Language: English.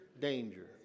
danger